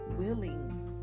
willing